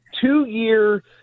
two-year